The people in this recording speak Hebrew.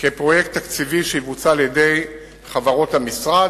כפרויקט תקציבי שיבוצע על-ידי חברות המשרד